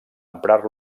emprar